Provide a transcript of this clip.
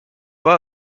boy